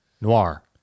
Noir